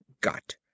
got